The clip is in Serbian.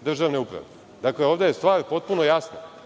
državne uprave. Dakle, ovde je stvar potpuno jasna.